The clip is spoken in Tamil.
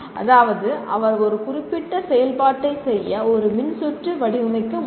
அதாவது அவர் ஒரு குறிப்பிட்ட செயல்பாட்டைச் செய்ய ஒரு மின்சுற்று வடிவமைக்க முடியும்